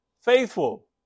faithful